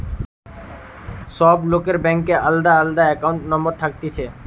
সব লোকের ব্যাংকে আলদা আলদা একাউন্ট নম্বর থাকতিছে